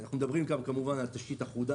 אנחנו מדברים על תשתית אחודה,